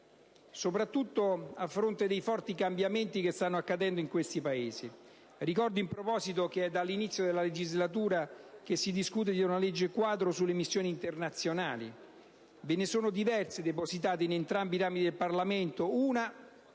soprattutto a fronte dei forti cambiamenti che stanno avvenendo in quei Paesi. Ricordo in proposito che è dall'inizio della legislatura che si discute di una legge quadro sulle missioni internazionali. Ve ne sono diverse, depositate in entrambi i rami del Parlamento (una